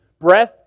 breath